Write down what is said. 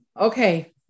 okay